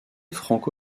franco